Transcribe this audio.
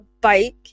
bike